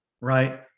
right